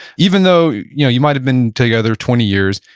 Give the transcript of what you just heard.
even though you know you might've been together twenty years,